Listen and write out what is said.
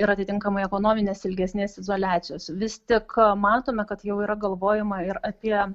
ir atitinkamai ekonominės ilgesnės izoliacijos vis tik matome kad jau yra galvojama ir apie